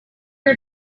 are